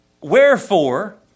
wherefore